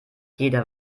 jeder